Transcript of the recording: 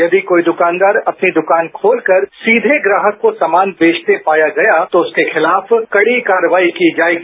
यदि कोई द्रकानदार अपनी द्रकान खोल कर सीधे ग्राहक को सामान बेचते पाया गया तो उसके खिलाफ कड़ी कार्यवाही की जाएगी